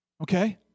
okay